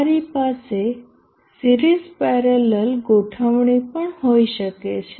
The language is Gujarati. તમારી પાસે સિરીઝ પેરેલલ ગોઠવણી પણ હોઈ શકે છે